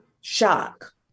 shock